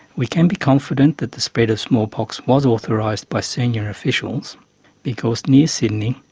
we can be confident that the spread of smallpox was authorised by senior officials because near sydney,